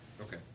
Okay